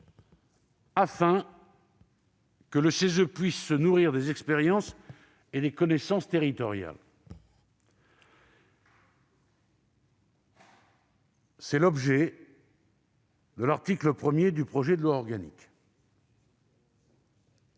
afin que le CESE puisse se nourrir des expériences et des connaissances territoriales. C'est l'objet de l'article 1 du projet de loi organique.